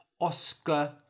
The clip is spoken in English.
Oscar